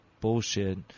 bullshit